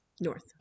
North